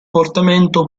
portamento